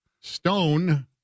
stone